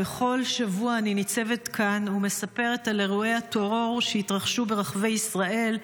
בכל שבוע אני ניצבת כאן ומספרת על אירועי הטרור שהתרחשו ברחבי ישראל,